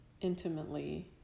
intimately